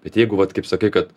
bet jeigu vat kaip sakai kad